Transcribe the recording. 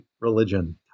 religion